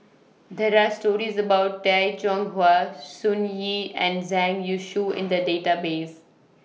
There Are stories about Tay Chong Hai Sun Yee and Zhang Youshuo in The Database